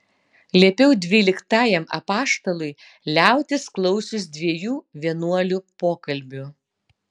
liepiau dvyliktajam apaštalui liautis klausius dviejų vienuolių pokalbių